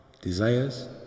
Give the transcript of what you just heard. desires